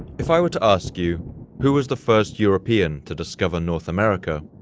if i were to ask you who was the first european to discover north america,